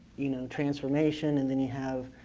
you know transformation. and then you have